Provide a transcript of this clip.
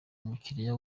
umukiliya